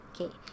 Okay